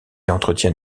entretient